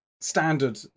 standard